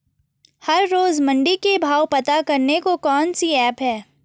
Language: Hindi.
हर रोज़ मंडी के भाव पता करने को कौन सी ऐप है?